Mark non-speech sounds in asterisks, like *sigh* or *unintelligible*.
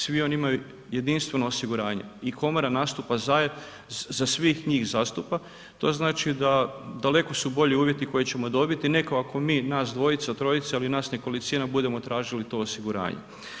Svi oni imaju jedinstveno osiguranje i komora za svih njih zastupa, to znači da daleko su bolji uvjeti koje ćemo dobiti. ... *unintelligible* ako mi, nas dvojica, trojica ili nas nekolicina budemo tražili to osiguranje.